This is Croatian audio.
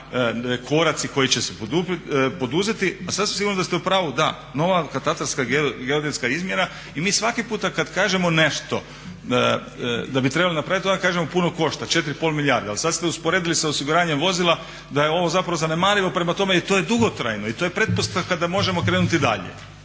koraci koji će se poduzeti. A sasvim sigurno da ste u pravu, da nova katastarska i geodetska izmjera, i mi svaki puta kad kažemo nešto da bi trebali napraviti, ona kažemo puno košta, 4,5 milijarde, ali sad ste usporedili sa osiguranjem vozila da je ovo zapravo zanemarivo, prema tome i to je dugotrajno i to pretpostavaka da možemo krenuti dalje.